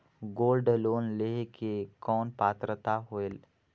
Gold loan लेहे के कौन पात्रता होएल?